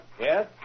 Yes